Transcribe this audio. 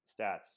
stats